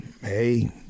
hey